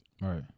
Right